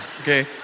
okay